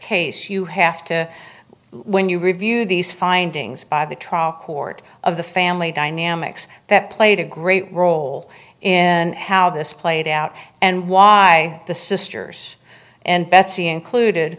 case you have to when you review these findings by the trial court of the family dynamics that played a great role in how this played out and why the sisters and betsy included